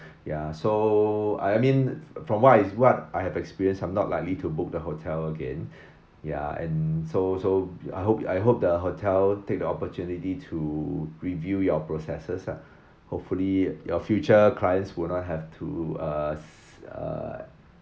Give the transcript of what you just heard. ya so I mean from what is what I have experience I'm not likely to book the hotel again ya and so so I hope I hope the hotel take the opportunity to review your processes lah hopefully your future clients will not have to uh uh